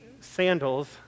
sandals